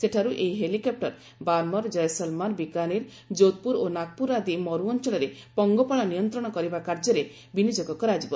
ସେଠାରୁ ଏହି ହେଲିକପୁର ବାରମ୍ମର୍ ଜୟସାଲ୍ମର୍ ବିକାନୀର ଯୋଧପୁର ଓ ନାଗପୁର ଆଦି ମରୁଅଞ୍ଚଳରେ ପଙ୍ଗପାଳ ନିୟନ୍ତ୍ରଣ କରିବା କାର୍ଯ୍ୟରେ ବିନିଯୋଗ କରାଯିବ